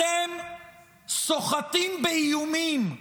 אתם סוחטים באיומים,